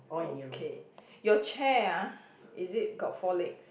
okay your chair ah is it got four legs